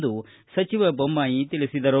ಎಂದು ಸಚಿವ ಬೊಮ್ಮಾಯಿ ಹೇಳಿದರು